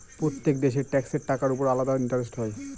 প্রত্যেক দেশের ট্যাক্সের টাকার উপর আলাদা ইন্টারেস্ট হয়